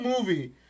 movie